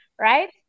right